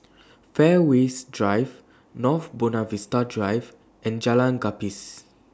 Fairways Drive North Buona Vista Drive and Jalan Gapis